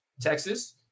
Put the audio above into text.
Texas